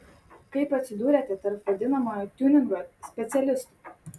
kaip atsidūrėte tarp vadinamojo tiuningo specialistų